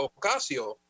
Ocasio